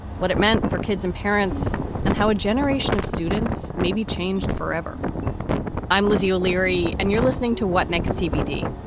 what it meant for kids and parents and how a generation of students may be changed forever i'm lizzie o'leary and you're listening to what next, tbd,